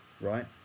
Right